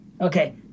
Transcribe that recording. Okay